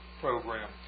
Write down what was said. program